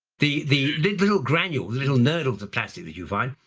the the little granules, the little knurdles of plastic that you find,